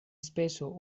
speso